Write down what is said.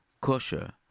kosher